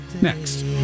Next